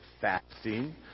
fasting